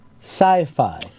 sci-fi